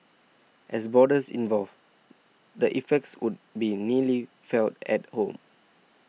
as borders evolve the effects would be keenly felt at home